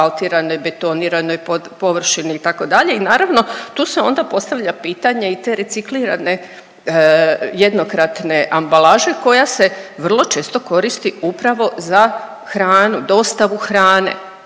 asfaltiranoj, betoniranoj površini itd. i naravno tu se onda postavlja pitanje i te reciklirane jednokratne ambalaže koja se vrlo često koristi upravo za hranu, dostavu hrane